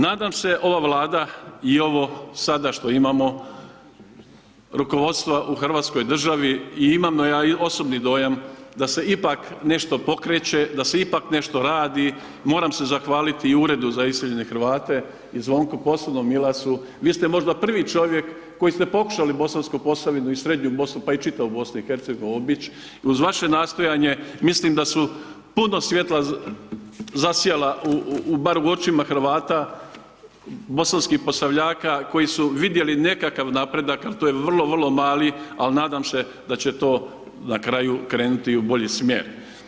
Nadam se ova Vlada i ovo sada što imamo rukovodstva u hrvatskoj državi i imam ja osobni dojam da se ipak nešto pokreće, da se ipak nešto radi, moram se zahvaliti i Uredu za iseljene Hrvate i Zvonku, posebno Milasu, vi ste možda prvi čovjek koji ste pokušali Bosansku Posavinu i Srednju Bosnu, pa i čitavu BiH obići i uz vaše nastojanje mislim da su puno svjetla zasjala bar u očima Hrvata, Bosanskih Posavljaka koji su vidjeli nekakav napredak, al, to je vrlo, vrlo mali, al, nadam se da će to na kraju krenuti u bolji smjer.